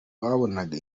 babonaga